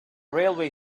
railway